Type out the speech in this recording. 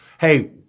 hey